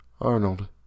Arnold